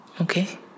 Okay